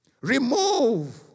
Remove